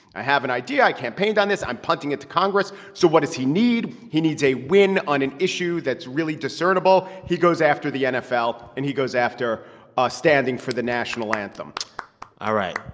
i have an idea, i campaigned on this, i'm punting it to congress so what he need? he needs a win on an issue that's really discernible. he goes after the nfl, and he goes after ah standing for the national anthem all right,